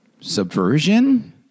subversion